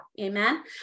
amen